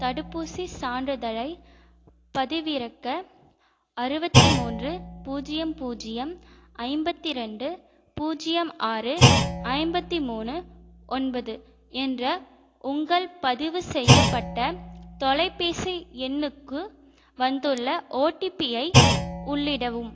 தடுப்பூசி சான்றிதழை பதிவிறக்க அறுபத்தி மூன்று பூஜ்யம் பூஜ்யம் ஐம்பத்தி ரெண்டு பூஜ்யம் ஆறு ஐம்பத்தி மூணு ஒன்பது என்ற உங்கள் பதிவு செய்யப்பட்ட தொலைபேசி எண்ணுக்கு வந்துள்ள ஓடிபி ஐ உள்ளிடவும்